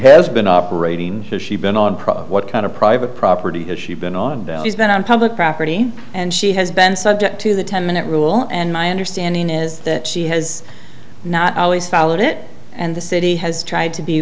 has been operating has she been on problem what kind of private property has she been on he's been on public property and she has been subject to the ten minute rule and my understanding is that she has not always followed it and the city has tried to be